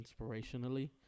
inspirationally